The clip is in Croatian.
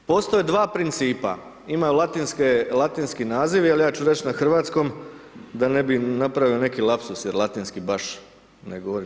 Postoje dva principa, imaju latinski nazivi, ali ja ću reći na hrvatskom, da ne bi napravio neki lapsus jer latinski baš ne govorim.